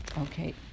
Okay